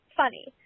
funny